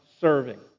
serving